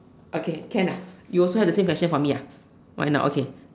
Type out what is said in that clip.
okay can lah you also have the same question for me why not okay